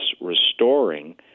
restoring